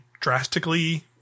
drastically